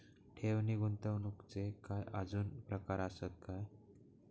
ठेव नी गुंतवणूकचे काय आजुन प्रकार आसत काय?